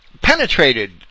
penetrated